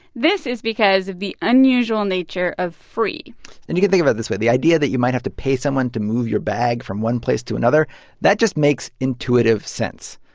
this is because of the unusual nature of free and you can think about it this way. the idea that you might have to pay someone to move your bag from one place to another that just makes intuitive sense.